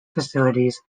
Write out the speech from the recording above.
facilities